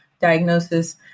diagnosis